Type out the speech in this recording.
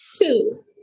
Two